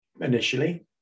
initially